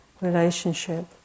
relationship